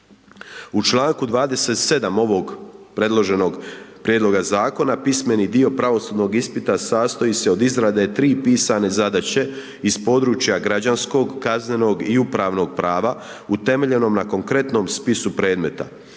U članku 27. ovog predloženog prijedloga zakona, pismeni dio pravosudnog ispita sastoji se od izrade 3 pisane zadaće iz područja građanskog, kaznenog i upravnog prava utemeljenom na konkretnom spisu predmeta.